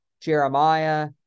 Jeremiah